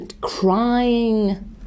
crying